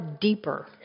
deeper